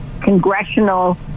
Congressional